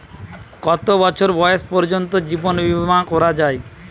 কত বছর বয়স পর্জন্ত জীবন বিমা করা য়ায়?